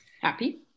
Happy